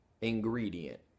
ingredient